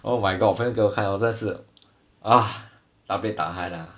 oh my god 我朋友给我看我真的是 !wah! tak boleh tahan ah